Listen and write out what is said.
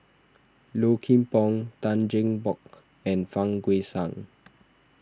Low Kim Pong Tan Cheng Bock and Fang Guixiang